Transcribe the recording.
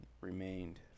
remained